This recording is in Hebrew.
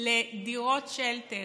לדירות שלטר,